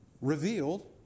Revealed